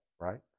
right